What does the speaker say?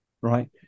Right